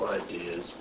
ideas